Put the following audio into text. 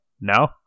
no